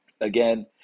again